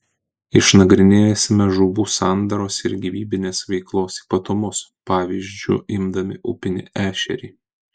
išnagrinėsime žuvų sandaros ir gyvybinės veiklos ypatumus pavyzdžiu imdami upinį ešerį